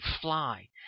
fly